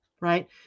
Right